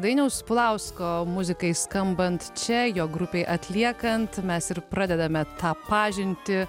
dainiaus pulausko muzikai skambant čia jo grupei atliekant mes ir pradedame tą pažintį